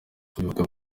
bivugwa